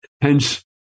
Hence